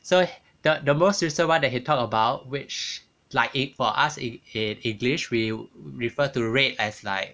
so the the most recent one that he talked about which like it for us in in english we refer to read as like